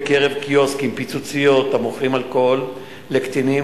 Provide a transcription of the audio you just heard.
בקיוסקים וב"פיצוציות" המוכרים אלכוהול לקטינים.